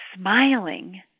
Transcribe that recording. smiling